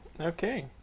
okay